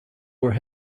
were